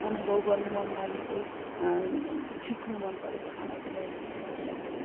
अनुभव गर्नु मन लागेको सिक्नु मन परेको खाना चाहिँ मैले